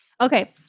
Okay